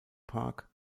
park